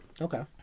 Okay